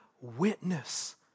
witness